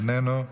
איננו,